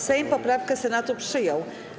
Sejm poprawkę Senatu przyjął.